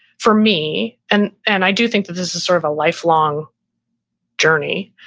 for me, and and i do think that this is sort of a lifelong journey.